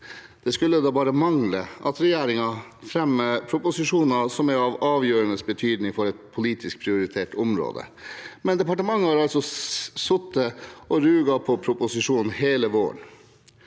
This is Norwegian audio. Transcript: Det skulle bare mangle at regjeringen fremmer proposisjoner som er av avgjørende betydning for et politisk prioritert område, men departementet har altså sittet og ruget på proposisjonen hele våren.